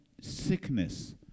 sickness